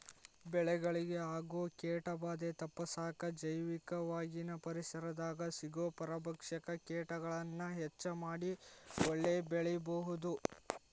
ಬೆಳೆಗಳಿಗೆ ಆಗೋ ಕೇಟಭಾದೆ ತಪ್ಪಸಾಕ ಜೈವಿಕವಾಗಿನ ಪರಿಸರದಾಗ ಸಿಗೋ ಪರಭಕ್ಷಕ ಕೇಟಗಳನ್ನ ಹೆಚ್ಚ ಮಾಡಿ ಒಳ್ಳೆ ಬೆಳೆಬೆಳಿಬೊದು